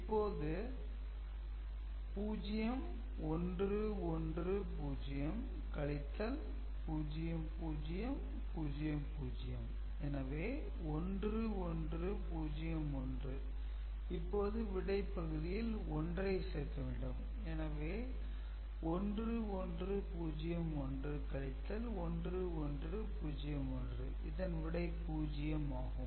இப்போது 0 1 1 0 கழித்தல் 0 0 0 0 எனவே 1 1 0 1 இப்போது விடை பகுதியில் 1 சேர்க்க வேண்டும் எனவே 1 1 0 1 கழித்தல் 1 1 0 1 இதன் விடை 0 ஆகும்